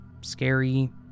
scary